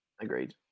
Agreed